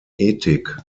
ethik